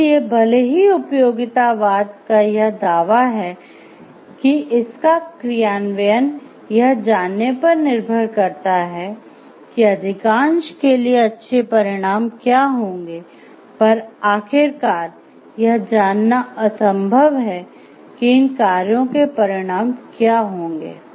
इसलिए भले ही उपयोगितावाद का यह दावा है कि इसका क्रियान्वयन यह जानने पर निर्भर करता है कि अधिकांश के लिए अच्छे परिणाम क्या होंगे पर आखिरकार यह जानना असंभव है कि इन कार्यों के परिणाम क्या होंगे